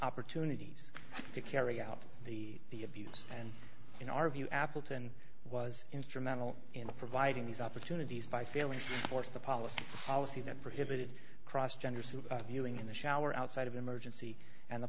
opportunities to carry out the abuse and in our view appleton was instrumental in providing these opportunities by failing to force the policy policy that prohibited cross gender soup viewing in the shower outside of emergency and